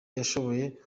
ashoboye